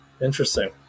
Interesting